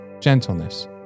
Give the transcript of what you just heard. gentleness